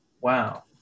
Wow